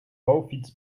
vouwfiets